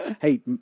Hey